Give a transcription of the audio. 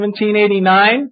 1789